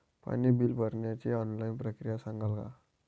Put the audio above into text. पाणी बिल भरण्याची ऑनलाईन प्रक्रिया सांगाल का?